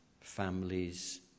families